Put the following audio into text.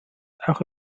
auch